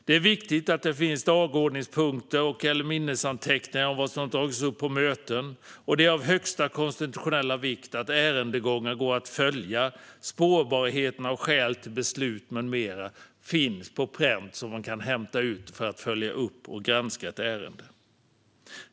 Det är viktigt att det finns dagordningspunkter och/eller minnesanteckningar om vad som tagits upp på möten. Det är av högsta konstitutionella vikt att ärendegångar går att följa och att spårbarheten i skäl till beslut med mera finns på pränt, så att man kan hämta ut handlingar för att följa upp och granska ett ärende.